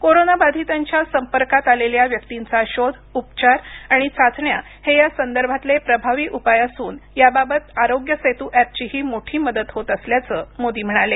corona बाधितांच्या संपर्कात आलेल्या व्यक्तींचा शोध उपचार आणि चाचण्या हे या संदर्भातले प्रभावी उपाय असून या बाबत आरोग्य सेतू एपचीही मोठी मदत होत असल्याचं मोदी म्हणाले